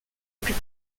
plus